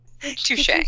touche